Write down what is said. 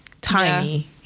tiny